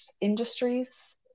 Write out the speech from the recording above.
industries